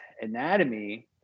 anatomy